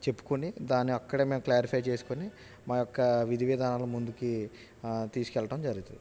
చెప్పుకొని దాన్ని అక్కడే మేము క్లారిఫై చేసుకొని మా యొక్క విధి విధినాలను ముందుకి తీసుకెళ్ళడం జరుగుతుంది